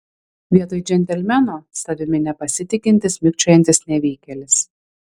vietoj džentelmeno savimi nepasitikintis mikčiojantis nevykėlis